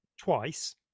twice